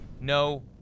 no